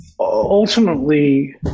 ultimately